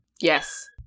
Yes